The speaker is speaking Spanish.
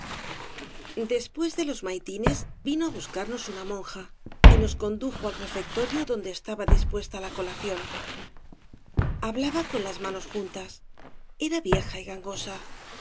espués de los maitines vino á buscarnos una monja y nos condujo al refecto rio donde estaba dispuesta la colación hablaba con las manos juntas era vieja y gangosa